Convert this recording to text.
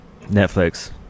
netflix